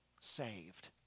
saved